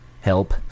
help